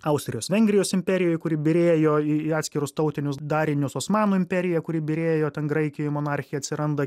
austrijos vengrijos imperijoj kuri byrėjo į atskirus tautinius darinius osmanų imperija kuri byrėjo ten graikijoj monarchija atsiranda